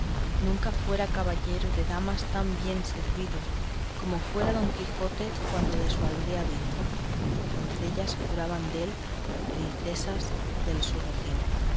nunca fuera caballero de damas tan bien servido como fuera don quijote cuando de su aldea vino doncellas curaban dél princesas del su